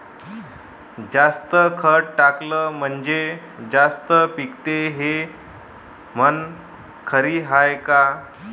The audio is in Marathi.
जास्त खत टाकलं म्हनजे जास्त पिकते हे म्हन खरी हाये का?